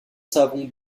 savon